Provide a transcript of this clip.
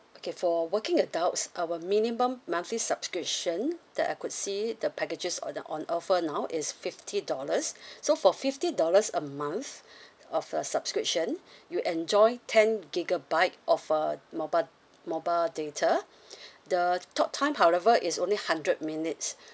okay for working adults our minimum monthly subscription that I could see the packages or the on offer now is fifty dollars so for fifty dollars a month of a subscription you enjoy ten gigabyte of a mobile mobile data the talk time however is only hundred minutes